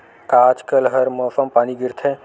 का आज कल हर मौसम पानी गिरथे?